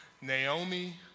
Naomi